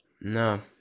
No